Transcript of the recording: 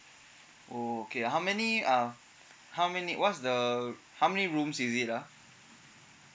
oh okay how many uh how many what's the how many rooms is it ah